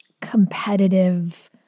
competitive